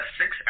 six